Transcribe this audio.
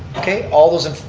okay, all those in,